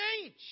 change